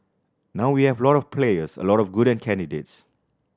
now we have a lot of players a lot of good candidates